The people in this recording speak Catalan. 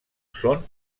són